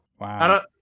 Wow